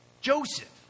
Joseph